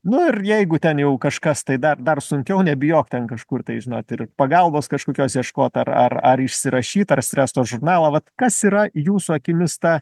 nu ir jeigu ten jau kažkas tai dar dar sunkiau nebijok ten kažkur tai žinot ir pagalbos kažkokios ieškot ar ar ar išsirašyt ar streso žurnalą vat kas yra jūsų akimis ta